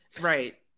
right